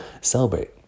celebrate